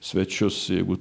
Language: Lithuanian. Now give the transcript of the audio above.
svečius jeigu